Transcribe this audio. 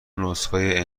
نسخه